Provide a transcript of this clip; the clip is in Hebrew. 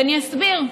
ואני אסביר: